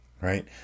right